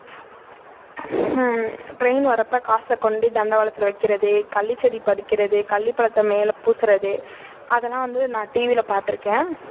train வர்றப்போ காசை கொண்டு தண்டவாளத்தில் வைக்கிறது கள்ளிச்செடி பறிக்கிறது கள்ளிப்பழத்த மேலே பூசுறது அதெல்லாம் வந்து நான் டீவியில் பாத்திருக்கேன்